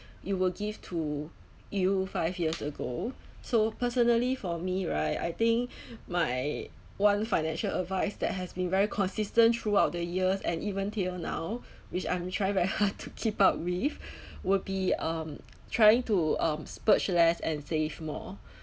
you will give to you five years ago so personally for me right I think my one financial advice that has been very consistent throughout the years and even till now which I'm trying very hard to keep up with would be um trying to um splurge less and save more